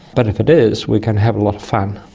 but if it is we can have a lot of fun.